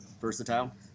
versatile